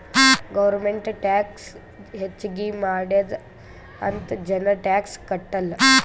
government tax ಹೆಚ್ಚಿಗ್ ಮಾಡ್ಯಾದ್ ಅಂತ್ ಜನ ಟ್ಯಾಕ್ಸ್ ಕಟ್ಟಲ್